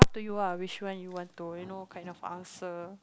up to you ah which one you want to you know kind of answer